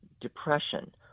depression